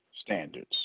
standards